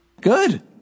Good